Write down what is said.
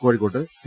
കോഴിക്കോട്ട് കെ